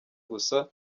gusa